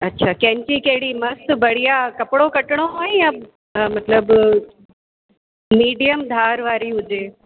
अच्छा कैंची कहिड़ी मस्तु बढ़िया कपिड़ो कटिणो आहे या मतिलब मीडियम धार वारी हुजे